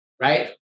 right